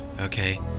Okay